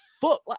fuck